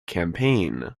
campaign